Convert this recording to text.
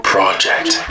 Project